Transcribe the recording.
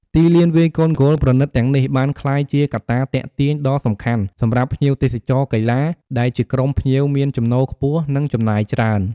ទីលានវាយកូនហ្គោលប្រណីតទាំងនេះបានក្លាយជាកត្តាទាក់ទាញដ៏សំខាន់សម្រាប់ ភ្ញៀវទេសចរកីឡា ដែលជាក្រុមភ្ញៀវមានចំណូលខ្ពស់ និងចំណាយច្រើន។